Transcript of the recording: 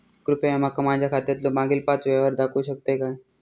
कृपया माका माझ्या खात्यातलो मागील पाच यव्हहार दाखवु शकतय काय?